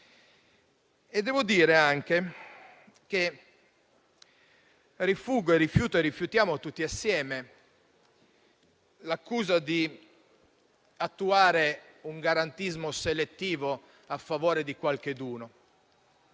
Devo dire anche che rifuggo e rifiuto - e rifiutiamo tutti assieme - l'accusa di attuare un garantismo selettivo a favore di qualcheduno.